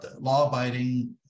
law-abiding